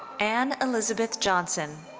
ann elizabeth johnson.